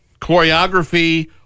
Choreography